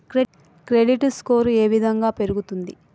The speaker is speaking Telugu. క్రెడిట్ స్కోర్ ఏ విధంగా పెరుగుతుంది?